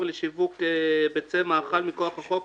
אושרו.